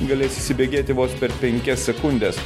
galės įsibėgėti vos per penkias sekundes